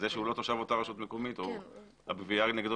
אז זה שהוא לא תושב אותה רשות מקומית או שהגבייה נגדו